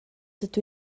dydw